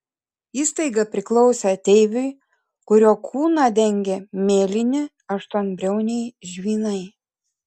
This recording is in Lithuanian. įstaiga priklausė ateiviui kurio kūną dengė mėlyni aštuonbriauniai žvynai